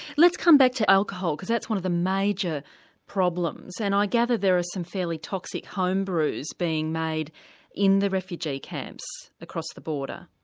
let's come back to alcohol, because that's one of the major problems and i gather there are some fairly toxic home brews being made in the refugee camps across the border.